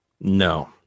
No